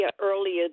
earlier